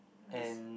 I see